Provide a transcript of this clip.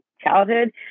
childhood